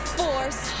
force